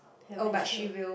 haven't show